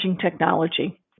technology